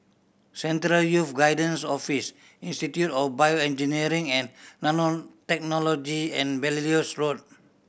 Central Youth Guidance Office Institute of BioEngineering and Nanotechnology and Belilios Road